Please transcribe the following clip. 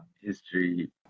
history